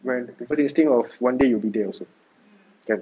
when first you think of one day you will be there also kan